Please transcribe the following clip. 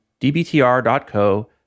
dbtr.co